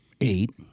eight